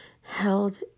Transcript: held